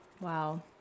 Wow